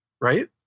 right